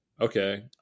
Okay